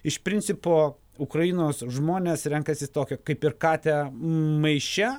iš principo ukrainos žmonės renkasi tokią kaip ir katę maiše